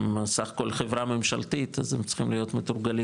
הם סך הכול חברה ממשלתית אז הם צריכים להיות מתורגלים